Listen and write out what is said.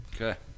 Okay